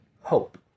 hope